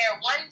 one